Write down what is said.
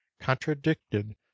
contradicted